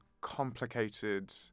complicated